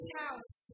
house